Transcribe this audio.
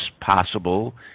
possible